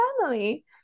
family